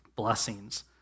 blessings